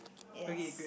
yes